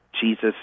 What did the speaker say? Jesus